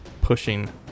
pushing